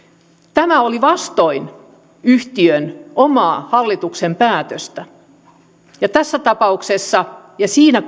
tämä oli vastoin yhtiön omaa hallituksen päätöstä ja tässä tapauksessa ja siinä